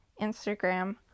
Instagram